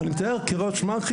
אני מתאר את התהליך